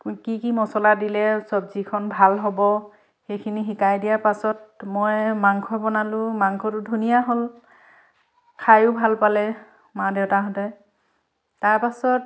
কি কি মছলা দিলে চব্জিখন ভাল হ'ব সেইখিনি শিকাই দিয়াৰ পাছত মই মাংস বনালোঁ মাংসটো ধুনীয়া হ'ল খায়ো ভাল পালে মা দেউতাহঁতে তাৰ পাছত